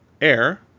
air